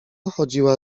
chodziła